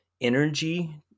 energy